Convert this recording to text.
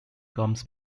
comes